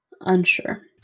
Unsure